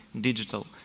digital